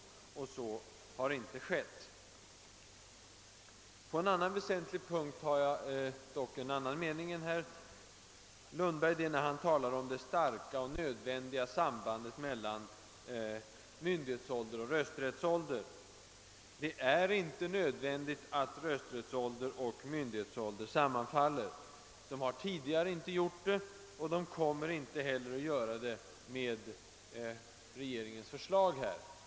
Så har inte skett. På en annan väsentlig punkt har jag dock en annan mening än herr Lundberg. Han talar om det starka och nödvändiga sambandet mellan myndighetsålder och rösträttsålder. Det är inte nödvändigt att rösträttsålder och myndighetsålder sammanfaller. De har tidigare inte gjort det, och de kommer inte heller att göra det enligt regeringens förslag.